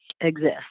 exist